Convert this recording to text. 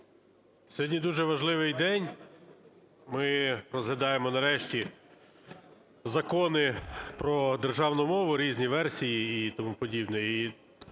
сьогодні дуже важливий день – ми розглядаємо, нарешті, Закони про державну мову, різні версії і тому подібне і це